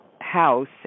house